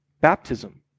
baptism